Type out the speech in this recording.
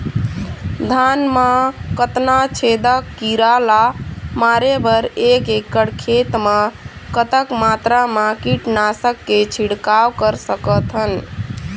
धान मा कतना छेदक कीरा ला मारे बर एक एकड़ खेत मा कतक मात्रा मा कीट नासक के छिड़काव कर सकथन?